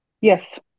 Yes